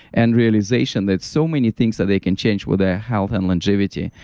and realization that so many things that they can change with their health and longevity,